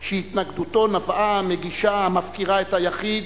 שהתנגדותו נבעה מגישה המפקירה את היחיד